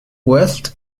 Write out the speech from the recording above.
west